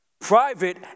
Private